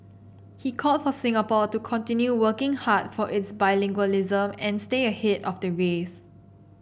he called for Singapore to continue working hard for its bilingualism and stay ahead of the race